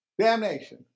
damnation